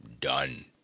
done